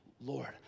Lord